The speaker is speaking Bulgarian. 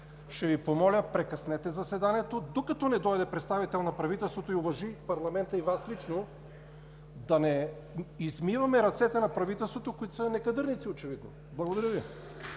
Ще Ви помоля да прекъснете заседанието, докато не дойде представител на правителството и уважи парламента, и Вас лично, да не измиваме ръцете на правителството, които очевидно са некадърници. Благодаря Ви.